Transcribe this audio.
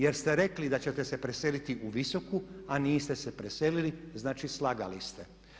Jer ste rekli da ćete se preseliti u Viosku, a niste se preselili, znači slagali ste.